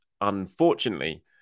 Unfortunately